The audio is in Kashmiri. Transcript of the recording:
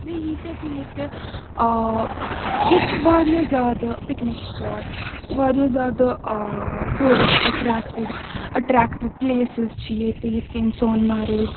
بیٚیہِ ییٖتیہ تہِ ییٚتہِ ییٚتہِ چھِ واریاہ زیادٕ پِکنِک سُپاٹٕس واریاہ زیادٕ ٹوٗرِسٹ ایٚٹریکٹِڈ ایٚٹریکٹِو پٕلیسِز چھِ ییٚتہِ یِتھ کَنۍ سونمَرٕگ